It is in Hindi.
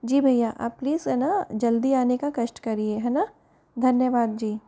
जी भैया आप प्लीज़ है ना जल्दी आने का कष्ट करिए है ना धन्यवाद जी